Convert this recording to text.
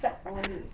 kicap sama lu